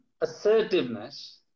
assertiveness